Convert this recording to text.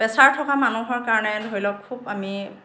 pressure থকা মানুহৰ কাৰণে ধৰি লওক খুব আমি